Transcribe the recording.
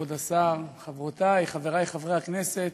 כבוד השר, חברותי, חברי חברי הכנסת,